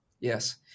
yes